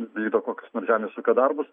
vykdo kokius nors žemės ūkio darbus